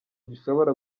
gishobora